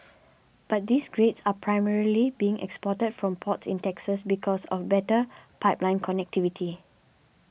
but these grades are primarily being exported from ports in Texas because of better pipeline connectivity